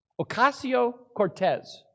Ocasio-Cortez